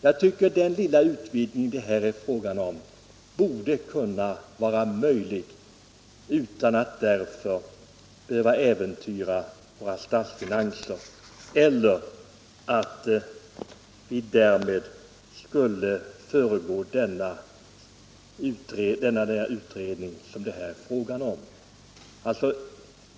Jag tycker att den lilla utvidgning det här är fråga om borde kunna genomföras utan att man därför behöver äventyra våra statsfinanser eller förbigå den utredning det här gäller.